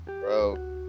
Bro